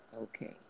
Okay